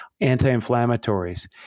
anti-inflammatories